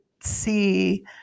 see